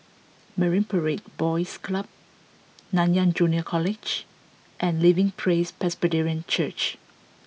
Marine Parade Boys Club Nanyang Junior College and Living Praise Presbyterian Church